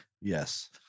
Yes